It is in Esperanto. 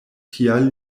tial